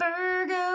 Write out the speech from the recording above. virgo